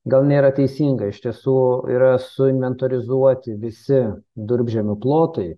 gal nėra teisinga iš tiesų yra suinventorizuoti visi durpžemių plotai